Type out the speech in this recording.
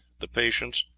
the patience,